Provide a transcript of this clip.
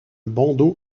bandeau